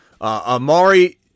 Amari